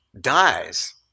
dies